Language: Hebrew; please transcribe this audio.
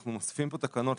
אנחנו מוסיפים פה תקנות,